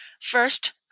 first